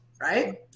right